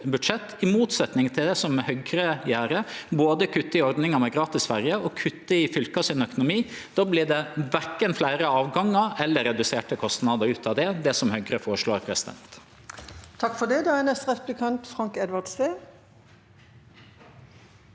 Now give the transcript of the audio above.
i motsetning til det som Høgre gjer, som både kuttar i ordninga med gratis ferje og kuttar i fylka sin økonomi. Då blir det verken fleire avgangar eller reduserte kostnader ut av det som Høgre føreslår. Frank